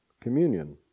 communion